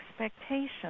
expectations